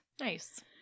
Nice